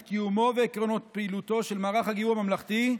קיומו ועקרונות פעילותו של מערך הגיור הממלכתי,